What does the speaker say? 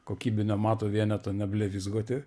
kokybinio mato vieneto neblevyzgoti